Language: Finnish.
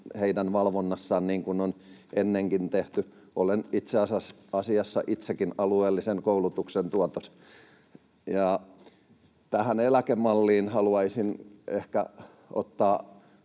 heidän valvonnassaan, niin kuin on ennenkin tehty. Olen itse asiassa itsekin alueellisen koulutuksen tuotos. Tähän eläkemalliin haluaisin ehkä ottaa